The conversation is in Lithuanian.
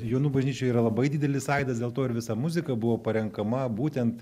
jonų bažnyčioje yra labai didelis aidas dėl to ir visa muzika buvo parenkama būtent